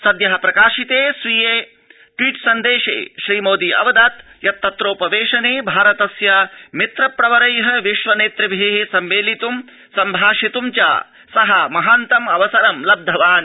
सद्य प्रकाशिते स्वीये ट्वीट् सन्देशे श्रीमोदी अवदत् यत् तत्रोपवेशने भारतस्य मित्र प्रवरै विश्व नेतृभि संमेलितुं संभाषितुं च स महान्तमवसरं लब्धवान्